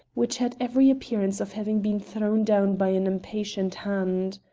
which had every appearance of having been thrown down by an impatient hand.